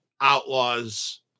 outlaws